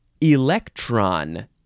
Electron